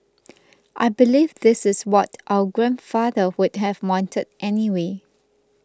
I believe this is what our grandfather would have wanted anyway